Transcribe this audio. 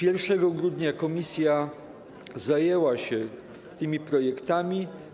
1 grudnia komisja zajęła się tymi projektami.